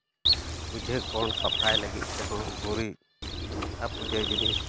ᱯᱩᱡᱟᱹ ᱠᱷᱚᱸᱰ ᱥᱟᱯᱷᱟᱭ ᱞᱟᱹᱜᱤᱫ ᱛᱮᱦᱚᱸ ᱜᱩᱨᱤᱡ ᱟᱨ ᱯᱩᱡᱟᱹᱭ ᱡᱤᱱᱤᱥ